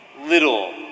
little